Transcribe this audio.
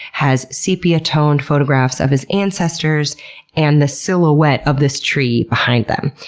has sepia-toned photographs of his ancestors and the silhouette of this tree behind them.